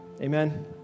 Amen